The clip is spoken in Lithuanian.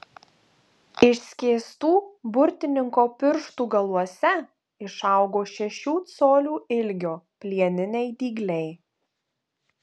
išskėstų burtininko pirštų galuose išaugo šešių colių ilgio plieniniai dygliai